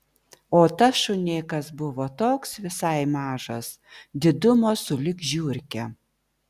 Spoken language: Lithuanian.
o tas šunėkas buvo toks visai mažas didumo sulig žiurke